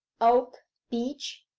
oak, beech,